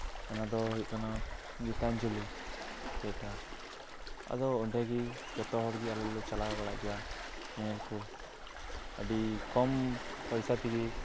ᱚᱱᱟᱫᱚ ᱦᱩᱭᱩᱜ ᱠᱟᱱᱟ ᱜᱤᱛᱟᱧᱡᱚᱞᱤ ᱛᱷᱤᱭᱮᱴᱟᱨ ᱟᱫᱚ ᱚᱸᱰᱮᱜᱮ ᱡᱚᱛᱚᱦᱚᱲᱜᱮ ᱟᱞᱮᱞᱮ ᱪᱟᱞᱟᱣ ᱵᱟᱲᱟᱜ ᱜᱮᱭᱟ ᱧᱮᱧᱮᱞ ᱠᱚ ᱟᱹᱰᱤ ᱠᱚᱢ ᱯᱚᱭᱥᱟ ᱛᱮᱜᱮ